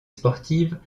sportive